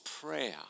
prayer